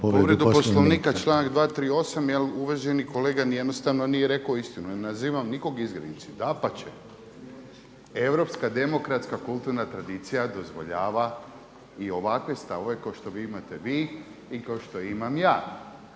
Povredu Poslovnika članak 238. jer uvaženi kolega jednostavno nije rekao istinu, jer ne nazivam nikog izgrednici. Dapače, europska demokratska kulturna tradicija dozvoljava i ovakve stavove kao što imate vi i kao što imam ja.